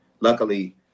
Luckily